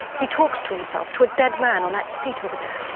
he talks to himself, to a dead man on that seat over there.